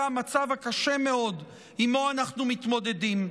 המצב הקשה מאוד שעימו אנחנו מתמודדים.